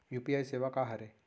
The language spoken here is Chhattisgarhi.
यू.पी.आई सेवा का हरे?